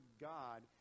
God